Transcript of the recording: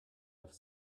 have